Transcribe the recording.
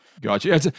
Gotcha